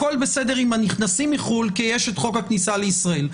הכול בסדר עם הנכנסים מחו"ל כי יש חוק הכניסה לישראל.